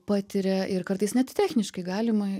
patiria ir kartais net techniškai galima